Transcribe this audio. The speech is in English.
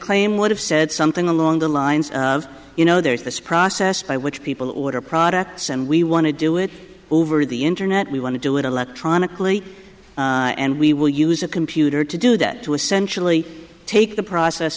claim would have said something along the lines of you know there is this process by which people order products and we want to do it over the internet we want to do it electronically and we will use a computer to do that to essentially take the process